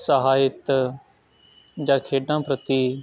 ਸਾਹਿਤ ਜਾਂ ਖੇਡਾਂ ਪ੍ਰਤੀ